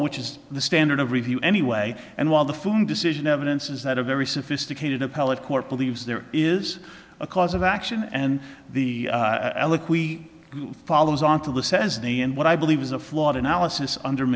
which is the standard of review anyway and while the phone decision evidences that a very sophisticated appellate court believes there is a cause of action and the elec we follows on to the says day and what i believe is a flawed analysis under